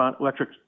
electric